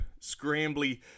scrambly